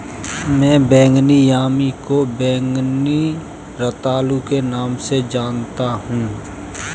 मैं बैंगनी यामी को बैंगनी रतालू के नाम से जानता हूं